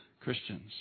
Christians